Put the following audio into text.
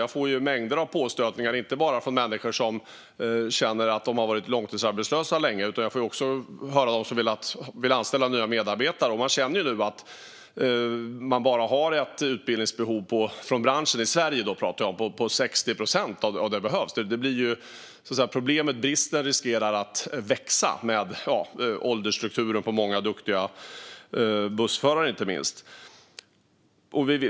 Jag får mängder av påstötningar, inte bara från människor som har varit långtidsarbetslösa utan också från dem som vill anställa nya medarbetare. Branschen i Sverige har ett behov av 60 procent fler utbildade bussförare. Bristen riskerar att växa med åldersstrukturen när det gäller många duktiga bussförare.